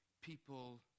people